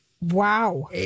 Wow